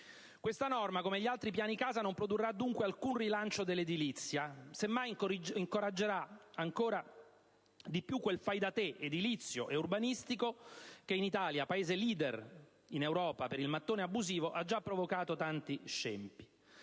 Questa norma, come gli altri piani casa, non produrrà dunque alcun rilancio dell'edilizia: semmai incoraggerà ancora di più quel fai da te edilizio e urbanistico che in Italia, Paese leader in Europa per il mattone abusivo, ha già provocato tanti scempi.